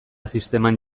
sisteman